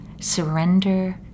surrender